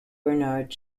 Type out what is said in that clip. bernard